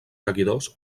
seguidors